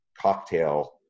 cocktail